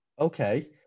Okay